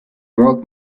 broke